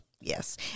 Yes